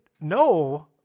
no